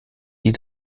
die